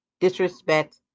disrespect